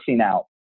out